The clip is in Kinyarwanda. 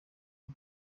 ari